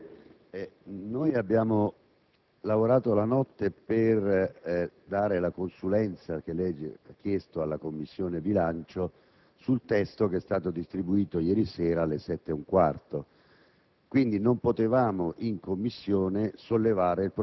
Signor Presidente, abbiamo lavorato tutta la notte per dare la consulenza che lei ha chiesto alla Commissione bilancio sul testo che è stato distribuito ieri alle ore 19,15;